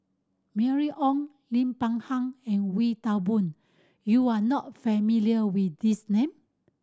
Mylene Ong Lim Peng Han and Wee Toon Boon you are not familiar with these name